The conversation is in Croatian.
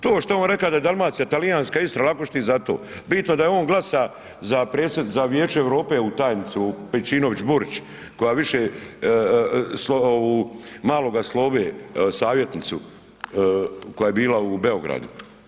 To što je on reka da je Dalmacija Talijanska Istra lako ćeš ti za to, bitno je da je on glasa za Vijeće Europe ovu tajnicu Pejčinović Burić koja više ovu maloga slove savjetnicu koja je bila u Beogradu.